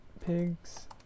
Pigs